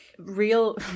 Real